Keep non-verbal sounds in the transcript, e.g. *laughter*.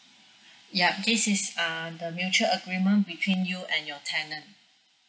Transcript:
*breath* yup this is err the mutual agreement between you and your tenant